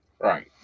Right